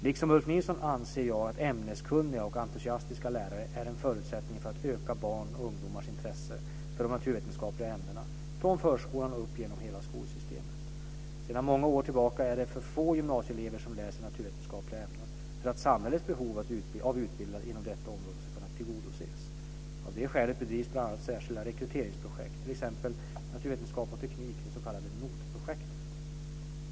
Liksom Ulf Nilsson anser jag att ämneskunniga och entusiastiska lärare är en förutsättning för att öka barns och ungdomars intresse för de naturvetenskapliga ämnena från förskolan och upp genom hela skolsystemet. Sedan många år tillbaka är det för få gymnasieelever som läser naturvetenskapliga ämnen för att samhällets behov av utbildade inom detta område ska kunna tillgodoses. Av det skälet bedrivs bl.a.